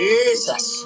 Jesus